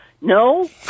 no